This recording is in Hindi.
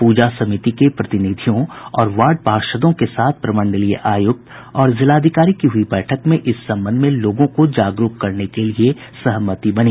पूजा समिति के प्रतिनिधियों और वार्ड पार्षदों के साथ प्रमंडलीस आयुक्त और जिलाधिकारी की हुई बैठक में इस संबंध में लोगों को जागरूक करने के लिए सहमति बनी